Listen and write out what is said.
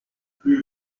plus